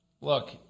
Look